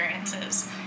experiences